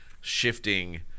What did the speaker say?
shifting